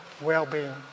well-being